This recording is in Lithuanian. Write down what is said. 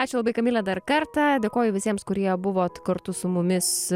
ačiū labai kamile dar kartą dėkoju visiems kurie buvot kartu su mumis